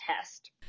test